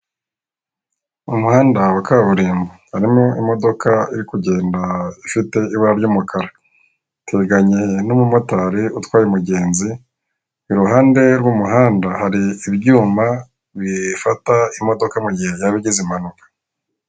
Mu muhanda wa kaburimbo harimo imodoka iri kugenda ifite ibara ry'umukara iteganyeye n'umumotari utwaye umugenzi iruhande rw'umuhanda hari ibyuma bifata imodoka mugihe yaba igizwe impanuka.